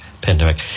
pandemic